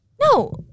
No